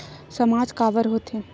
सामाज काबर हो थे?